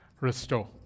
restore